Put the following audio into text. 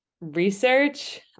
research